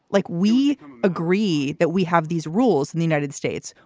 like we agreed that we have these rules in the united states.